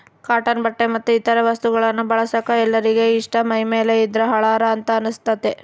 cotton ಬಟ್ಟೆ ಮತ್ತೆ ಇತರ ವಸ್ತುಗಳನ್ನ ಬಳಸಕ ಎಲ್ಲರಿಗೆ ಇಷ್ಟ ಮೈಮೇಲೆ ಇದ್ದ್ರೆ ಹಳಾರ ಅಂತ ಅನಸ್ತತೆ